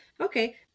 okay